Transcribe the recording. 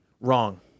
wrong